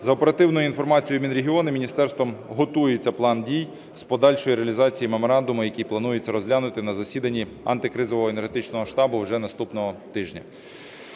За оперативною інформацією Мінрегіону, міністерством готується план дій з подальшої реалізації меморандуму, який планується розглянути на засіданні антикризового енергетичного штабу вже наступного тижня.